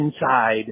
inside